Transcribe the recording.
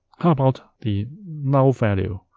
how about the null value?